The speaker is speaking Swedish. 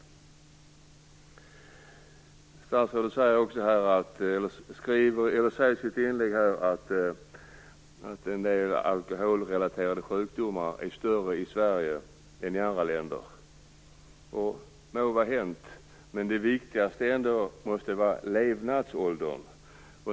Statsrådet säger i sitt svar att en del alkoholrelaterade sjukdomar är större i andra länder än i Sverige. Det må vara så, men det viktigaste måste ändå vara levnadsåldern.